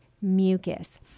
mucus